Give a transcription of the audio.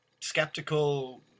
skeptical